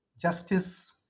justice